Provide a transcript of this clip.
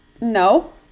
no